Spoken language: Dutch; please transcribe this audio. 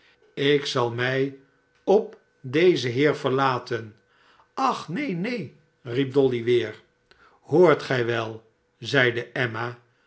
ik zal mij op dezen heer veriaten ach neen neen riep dolly weder shoort gij wel zeide emma